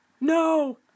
No